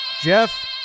Jeff